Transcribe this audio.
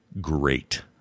great